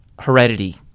heredity